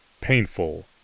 painful